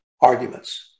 arguments